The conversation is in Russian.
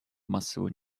массового